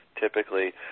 typically